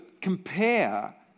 compare